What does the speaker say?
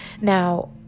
Now